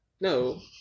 No